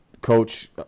Coach